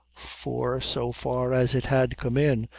for so far as it had come in,